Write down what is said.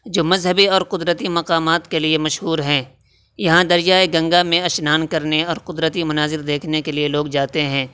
جو مذہبی اور قدرتی مقامات کے لیے مشہور ہیں یہاں دریائے گنگا میں اشنان کرنے اور قدرتی مناظر دیکھنے کے لیے لوگ جاتے ہیں